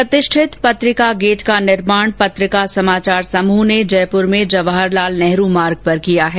प्रतिष्ठित पत्रिका गेट का निर्माण पत्रिका समाचार समूह ने जयपुर में जवाहर लाल नेहरू मार्ग पर किया है